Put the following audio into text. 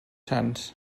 sants